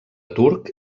turc